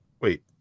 Wait